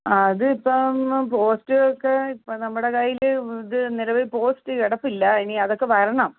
ആ അത് ഇപ്പം പോസ്റ്റ് ഒക്കെ ഇപ്പം നമ്മുടെ കയ്യിൽ ഇത് നിലവിൽ പോസ്റ്റ് കിടപ്പില്ല ഇനി അതൊക്കെ വരണം